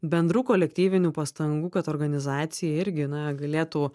bendrų kolektyvinių pastangų kad organizacija irgi na galėtų